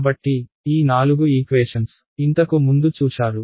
కాబట్టి ఈ నాలుగు ఈక్వేషన్స్ ఇంతకు ముందు చూశారు